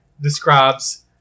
describes